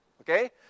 Okay